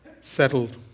settled